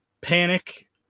panic